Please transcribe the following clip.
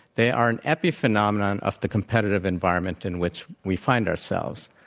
they are an epiphenomenon of the competitive environment in which we find ourselves.